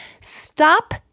Stop